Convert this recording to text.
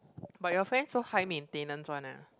but your friends so high maintenance one ah